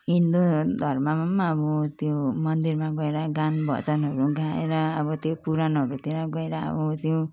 हिन्दू धर धर्ममा पनि अब त्यो मन्दिरमा गएर गानभजनहरू गाएर अब त्यो पुराणहरूतिर गएर अब त्यो